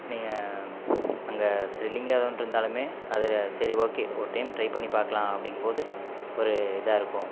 நீங்கள் அங்கே திரில்லிங்காக ஏதோ ஒன்று இருந்தாலுமே அது சரி ஓகே ஒரு டைம் ட்ரை பண்ணி பார்க்கலாம் அப்படிங்கும் போது ஒரு இதாக இருக்கும்